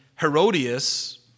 Herodias